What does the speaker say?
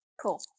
Cool